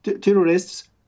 terrorists